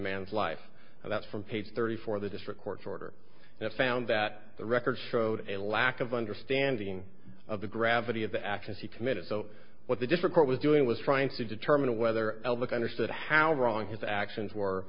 man's life and that from page thirty four the district court's order and found that the record showed a lack of understanding of the gravity of the actions he committed so what the different court was doing was trying to determine whether alec understood how wrong his actions were